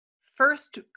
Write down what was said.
first